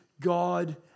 God